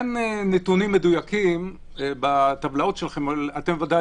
אין נתונים מדויקים בטבלאות שלכם אבל אתם ודאי